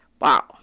Wow